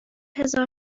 هزار